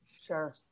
Sure